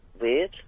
weird